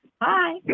Hi